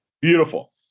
Beautiful